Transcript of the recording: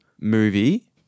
movie